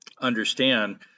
understand